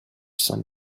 some